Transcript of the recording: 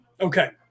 Okay